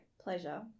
pleasure